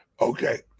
Okay